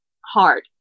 hard